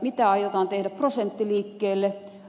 mitä aiotaan tehdä prosenttiliikkeelle